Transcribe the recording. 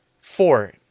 Four